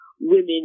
women